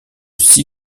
six